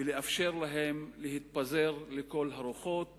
ולאפשר להן להתפזר לכל הרוחות